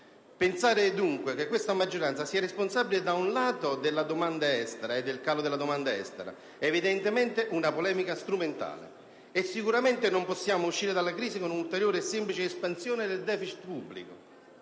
Pensare dunque che questa maggioranza sia responsabile, da un lato, di un calo della domanda estera è evidentemente una polemica strumentale. E, sicuramente, dall'altro lato, non possiamo uscire dalla crisi con una ulteriore e semplice espansione del deficit pubblico.